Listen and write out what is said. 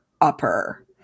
upper